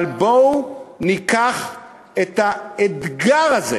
אבל בואו ניקח את האתגר הזה.